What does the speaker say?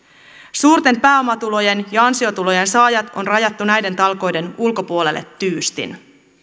suurten pääomatulojen ja ansiotulojen saajat on rajattu näiden talkoiden ulkopuolelle tyystin